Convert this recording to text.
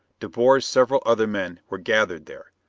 de boer's several other men were gathered there.